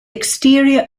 exterior